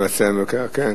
ממצאי המבקר, כן.